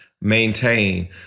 maintain